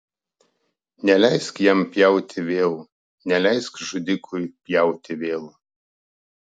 neleisk jam pjauti vėl neleisk žudikui pjauti vėl